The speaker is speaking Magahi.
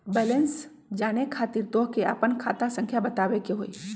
बैलेंस जाने खातिर तोह के आपन खाता संख्या बतावे के होइ?